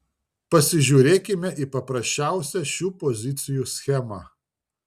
pasižiūrėkime į paprasčiausią šių pozicijų schemą